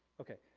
okay.